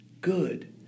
good